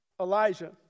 Elijah